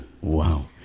Wow